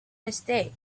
mistake